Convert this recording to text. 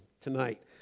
tonight